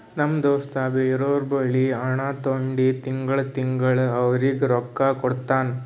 ನಮ್ ದೋಸ್ತ ಬ್ಯಾರೆ ಅವ್ರ ಬಲ್ಲಿ ಆಟೋ ತೊಂಡಿ ತಿಂಗಳಾ ತಿಂಗಳಾ ಅವ್ರಿಗ್ ರೊಕ್ಕಾ ಕೊಡ್ತಾನ್